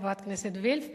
חברת הכנסת וילף,